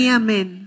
amen